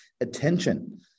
attention